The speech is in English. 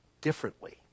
differently